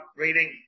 reading